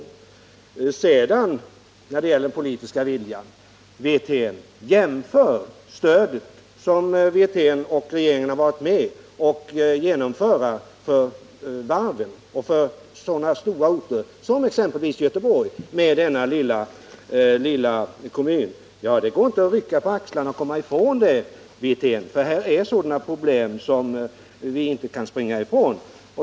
När det sedan gäller den politiska viljan skulle jag vilja säga: Jämför det stöd som herr Wirtén och regeringen varit med om att genomföra för varven och för sådana stora orter som Göteborg med förhållandena för denna lilla kommun! Det går inte att rycka på axlarna och komma ifrån detta, Rolf Wirtén, för det här är sådana problem som man inte kan springa ifrån.